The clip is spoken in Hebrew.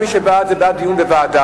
מי שבעד, זה בעד דיון בוועדה.